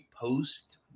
post